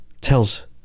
tells